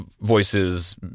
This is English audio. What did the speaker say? voices